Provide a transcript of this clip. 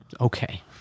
Okay